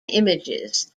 images